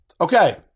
Okay